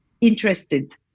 interested